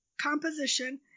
composition